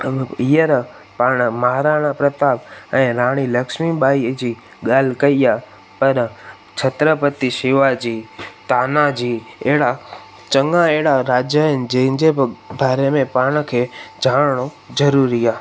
हींअर पाण महाराणा प्रताप ऐं राणी लक्ष्मीबाईअ जी ॻाल्हि कई आहे पर छत्रपति शिवाजी तानाजी अहिड़ा चङा अहिड़ा राजा आहिनि जंहिंजे ब बारे में पाण खे जाणणो ज़रूरी आहे